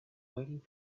waiting